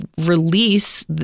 release